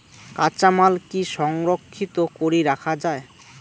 কাঁচামাল কি সংরক্ষিত করি রাখা যায়?